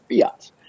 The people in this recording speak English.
fiat